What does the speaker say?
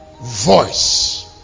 Voice